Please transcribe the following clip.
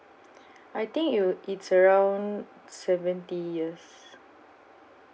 I think it would it's around seventy years